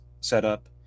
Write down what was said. setup